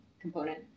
component